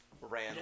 ran